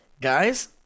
guys